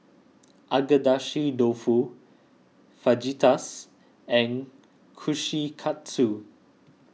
Agedashi Dofu Fajitas and Kushikatsu